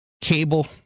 cable